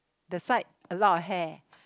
the side a lot of hair